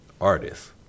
artists